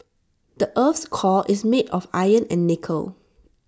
the Earth's core is made of iron and nickel